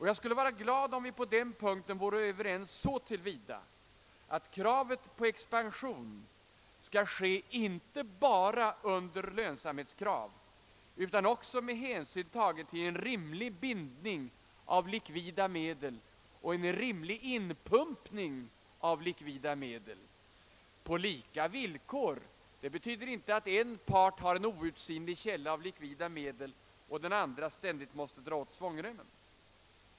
Jag skulle vara glad om vi på den punkten vore överens så till vida att kravet på expansion inte bara skall tillgodoses med hänsyn till lönsamheten utan också med hänsynstagande till rimlig bindning av likvida medel och rim lig inpumpning av likvida medel. Uttrycket på lika villkor betyder inte att den ena parten har en outsinlig källa av likvida medel och att den andra måste dra åt svångremmen.